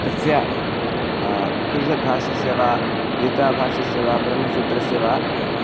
तस्य उपनिषद्भाष्यस्य वा गीताभाष्यस्य वा ब्रह्मसूत्रस्य वा